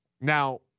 Now